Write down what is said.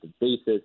basis